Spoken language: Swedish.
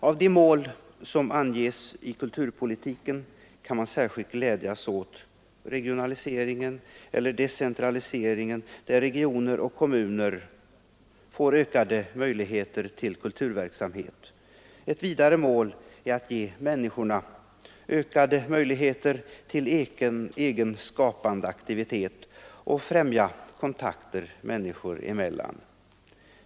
Av de mål som anges i propositionen om kulturpolitiken kan man särskilt glädjas åt decentraliseringen, som innebär att regioner och kommuner får ökade möjligheter till kulturverksamhet. Ett vidare mål är att ge människorna ökade möjligheter till egen skapande aktivitet och främja kontakten människor emellan.